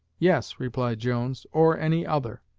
yes, replied jones, or any other.